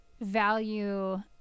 value